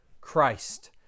Christ